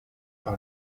par